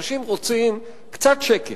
אנשים רוצים קצת שקט.